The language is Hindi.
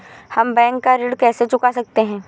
हम बैंक का ऋण कैसे चुका सकते हैं?